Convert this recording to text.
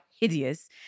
hideous